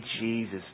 Jesus